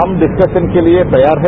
हम डिसकशन के लिए तैयार हैं